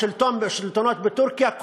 השלטונות בטורקיה,